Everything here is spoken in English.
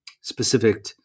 specific